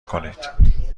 کنید